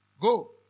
Go